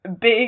big